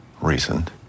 recent